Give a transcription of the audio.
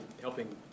helping